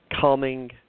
calming